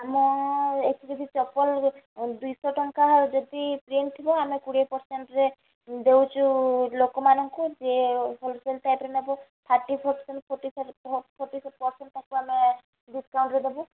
ଆମ ଏଠି ଯଦି ଚପଲ ଦୁଇଶହ ଟଙ୍କା ଯଦି ପ୍ରିଣ୍ଟ ଥିବ ଆମେ କୋଡ଼ିଏ ପରସେଣ୍ଟରେ ଦେଉଛୁ ଲୋକମାନଙ୍କୁ ଯିଏ ହୋଲସେଲ ରେଟରେ ନେବ thirty percent forty forty five percent ତାକୁ ଆମେ ଡିସକାଉଣ୍ଟରେ ଦବୁ